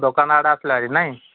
ଦୋକାନ ଆଡ଼େ ଆସିଥିଲ କି ନାଇଁ